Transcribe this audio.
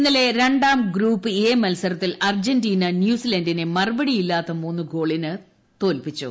ഇന്നലെ രണ്ടാം group A മത്സരത്തിൽ അർജന്റീന ന്യൂസിലാൻഡിനെ മറുപടിയില്ലാത്ത മൂന്നു ഗോളിനു തോൽപ്പിച്ചു